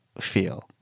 feel